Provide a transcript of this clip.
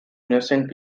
innocent